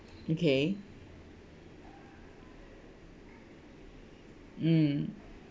okay um